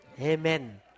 Amen